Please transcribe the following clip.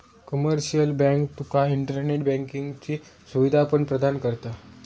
commercial bank तुका internet बँकिंगची सुवीधा पण प्रदान करता